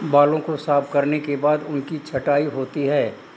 बालों को साफ करने के बाद उनकी छँटाई होती है